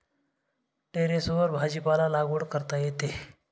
टेरेसवर भाजीपाला लागवड करता येते